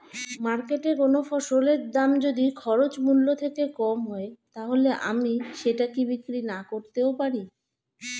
মার্কেটৈ কোন ফসলের দাম যদি খরচ মূল্য থেকে কম হয় তাহলে আমি সেটা কি বিক্রি নাকরতেও পারি?